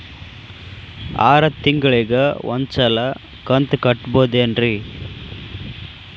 ಆರ ತಿಂಗಳಿಗ ಒಂದ್ ಸಲ ಕಂತ ಕಟ್ಟಬಹುದೇನ್ರಿ?